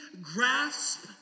grasp